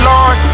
Lord